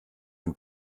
den